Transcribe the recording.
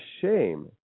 shame